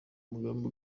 mugambi